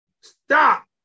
Stop